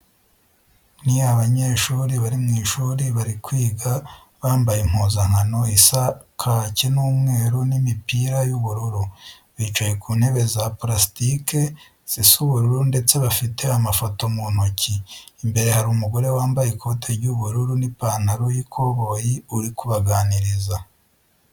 Ni abanyeshuri bari mu ishuri bari kwiga, bambaye impuzankano isa kake n'umweru n'imipira y'ubururu. Bicaye ku ntebe za palasitike zisa ubururu ndetse bafite amafoto mu ntoki. Imbere hari umugore wambaye ikote ry'ubururu n'ipantaro y'ikoboyi uri kubaganiriza.